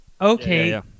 Okay